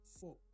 four